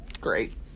Great